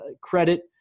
credit